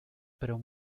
pero